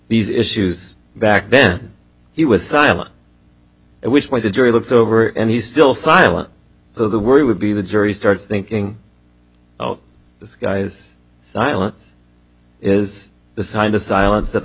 these issues back then he was silent which way the jury looks over and he still silent so the worry would be the jury starts thinking oh this guy's silence is the sign the silence that the